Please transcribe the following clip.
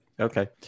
Okay